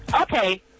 Okay